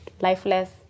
lifeless